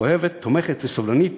אוהבת, תומכת וסובלנית